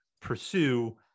pursue